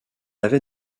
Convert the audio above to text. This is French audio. avait